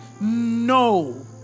No